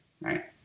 Right